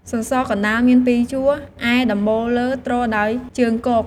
សសរ កណ្តាលមានពីរជួរ ឯដំបូលលើទ្រដោយជើងគក។